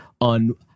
on